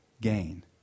gain